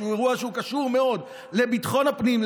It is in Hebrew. שהוא אירוע שקשור מאוד לביטחון הפנים,